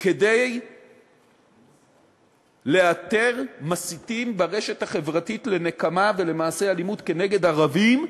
כדי לאתר מסיתים ברשת החברתית לנקמה ולמעשי אלימות נגד ערבים.